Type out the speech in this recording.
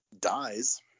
dies